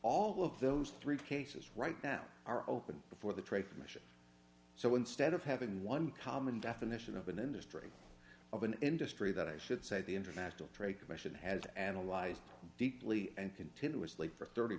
all of those three cases right now are opened before the trade commission so instead of having one common definition of an industry of an industry that i should say the international trade commission has analyzed deeply and continuously for thirty